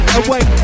away